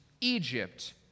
Egypt